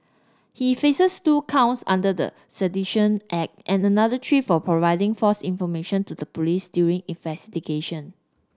he faces two counts under the Sedition Act and another three for providing false information to the police during investigation